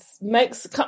Makes